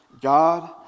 God